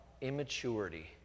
immaturity